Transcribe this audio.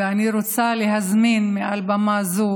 ואני רוצה להזמין מעל במה זו